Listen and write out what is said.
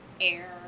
air